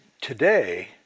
today